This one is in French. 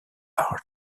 heart